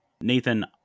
Nathan